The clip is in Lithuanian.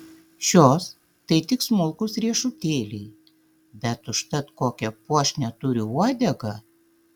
šios tai tik smulkūs riešutėliai bet užtat kokią puošnią turi uodegą